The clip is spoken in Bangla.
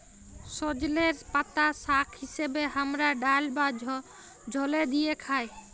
সজলের পাতা শাক হিসেবে হামরা ডাল বা ঝলে দিয়ে খাই